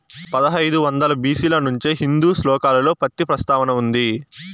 పదహైదు వందల బి.సి ల నుంచే హిందూ శ్లోకాలలో పత్తి ప్రస్తావన ఉంది